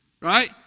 right